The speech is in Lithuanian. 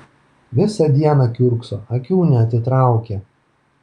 visą dieną kiurkso akių neatitraukia